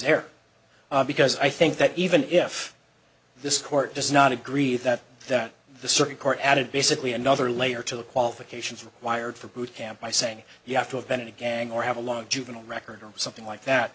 there because i think that even if this court does not agree that that the circuit court added basically another layer to the qualifications required for boot camp by saying you have to have been in a gang or have a long juvenile record or something like that